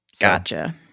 Gotcha